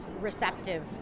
receptive